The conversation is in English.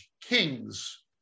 kings